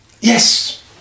Yes